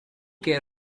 care